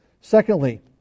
Secondly